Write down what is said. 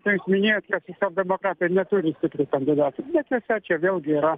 čia jūs minėjot kad socialdemokratai neturi stiprių kandidatų netiesa čia vėlgi yra